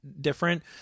different